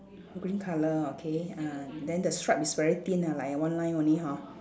green colour okay uh then the stripe is very thin ah like a one line only hor